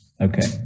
Okay